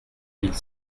mille